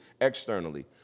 externally